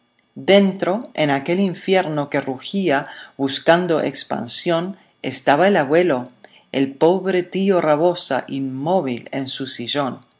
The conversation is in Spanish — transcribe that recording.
dentro en aquel infierno que rugía buscando expansión estaba el abuelo el pobre tío rabosa inmóvil en su sillón